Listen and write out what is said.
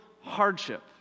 hardship